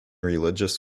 religious